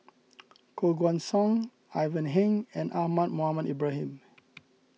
Koh Guan Song Ivan Heng and Ahmad Mohamed Ibrahim